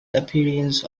appearance